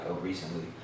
recently